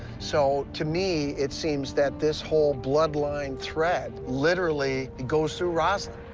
so to me, it seems that this whole bloodline thread literally goes through rosslyn.